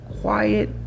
quiet